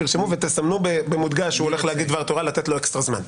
תרשמו ותסמנו בהדגשה שהוא הולך להגיד דבר תורה כדי לתת לו אקסטרה זמן.